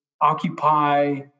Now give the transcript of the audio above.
occupy